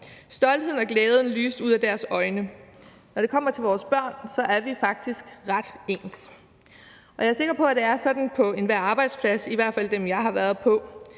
Stoltheden og glæden lyste ud af deres øjne. Når det kommer til vores børn, er vi faktisk ret ens. Jeg er sikker på, at det er sådan på enhver arbejdsplads, i hvert fald dem, jeg har været på